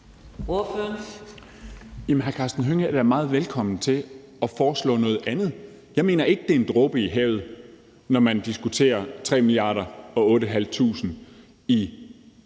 hr. Karsten Hønge er da meget velkommen til at foreslå noget andet. Jeg mener ikke, det er en dråbe i havet, når man diskuterer 3 mia.